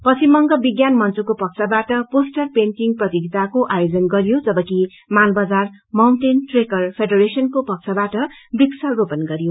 पश्चिम बंग विज्ञान मंचको पक्षबाट पोस्टर पेन्टीङ प्रतियोगिताको आयोजन गरियो जबकि मालबजार माउन्टेन ट्रेकर फेडेरेशन् को पक्षबाट वृक्ष रोपण गरियो